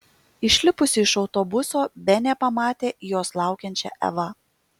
išlipusi iš autobuso benė pamatė jos laukiančią evą